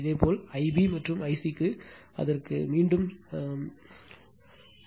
இதேபோல் Ib மற்றும் I c க்கு அதற்கு மீண்டும் செல்Van